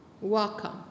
welcome